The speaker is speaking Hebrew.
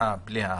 בלי ה-.